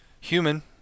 human